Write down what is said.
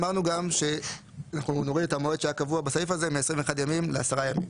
אמרנו שאנחנו נוריד את המועד שהיה קבוע בסעיף הזה מ-21 ימים לעשרה ימים.